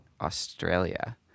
Australia